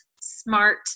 smart